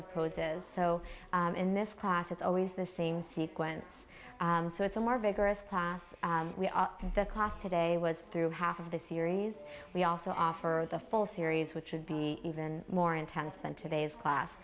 of poses so in this class it's always the same sequence so it's a more vigorous path we are in the class today was through half of the series we also offer or the full series which would be even more intense than today's class